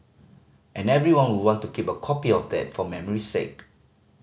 and everyone will want to keep a copy of that for memory's sake